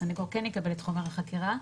הסניגור כן יקבל את חומר החקירה,